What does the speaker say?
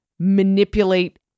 manipulate